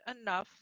enough